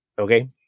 Okay